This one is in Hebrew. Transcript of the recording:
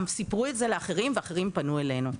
הם סיפרו את זה לאחרים ואחרים פנו אלינו.